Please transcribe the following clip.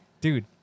Dude